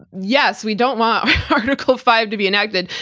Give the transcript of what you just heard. yes we don't want article five to be enacted,